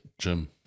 jim